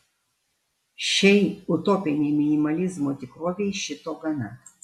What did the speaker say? šiai utopinei minimalizmo tikrovei šito gana